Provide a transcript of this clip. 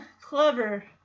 clever